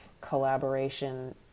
collaboration